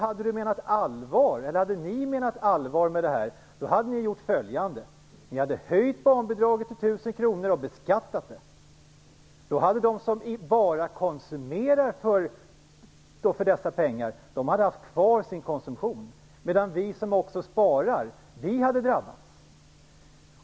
Hade ni menat allvar med det här hade ni gjort följande: Ni hade höjt barnbidraget till 1 000 kr och beskattat det. Då hade de som bara konsumerar för dessa pengar haft kvar sin konsumtion, medan vi som också sparar hade drabbats.